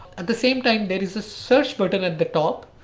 at the same time, there is a search button at the top.